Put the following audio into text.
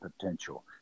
potential